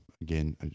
again